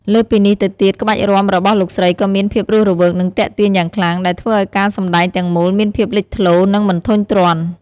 លើសពីនេះទៅទៀត ក្បាច់រាំ របស់លោកស្រីក៏មាន ភាពរស់រវើក និង ទាក់ទាញ យ៉ាងខ្លាំង ដែលធ្វើឲ្យការសម្ដែងទាំងមូលមានភាពលេចធ្លោ និងមិនធុញទ្រាន់។